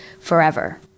forever